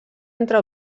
entre